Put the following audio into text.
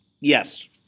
Yes